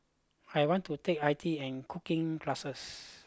I want to take I T and cooking classes